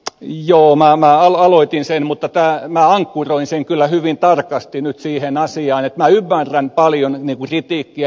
joo minä aloitin sen mutta minä ankkuroin sen kyllä hyvin tarkasti nyt siihen asiaan että minä ymmärrän paljon kritiikkiä